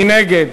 מי נגד?